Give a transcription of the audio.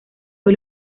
fue